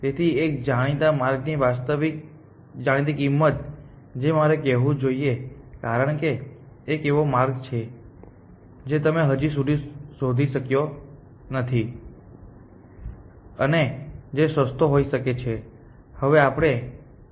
તેથી તે એક જાણીતા માર્ગની વાસ્તવિક જાણીતી કિંમત છે જે મારે કહેવું જોઈએ કારણ કે એક એવો માર્ગ છે જે તમે હજી સુધી શોધ્યો નથી અને જે સસ્તો હોઈ શકે છે